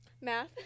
Math